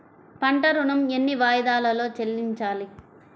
పంట ఋణం ఎన్ని వాయిదాలలో చెల్లించాలి?